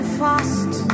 fast